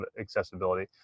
accessibility